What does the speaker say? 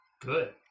Good